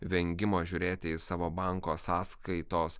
vengimo žiūrėti į savo banko sąskaitos